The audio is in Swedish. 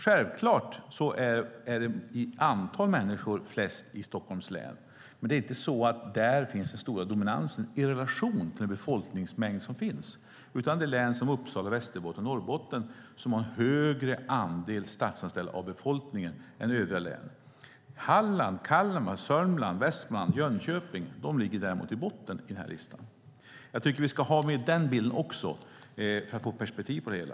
Självklart är det i antal människor flest i Stockholms län, men det är inte där den stora dominansen finns i relation till befolkningsmängden. Det är län som Uppsala, Västerbotten och Norrbotten som har en högre andel statsanställda av befolkningen än övriga län. Halland, Kalmar, Sörmland, Västmanland och Jönköping ligger däremot i botten på den här listan. Jag tycker att vi ska ha med den bilden också för att få perspektiv på det hela.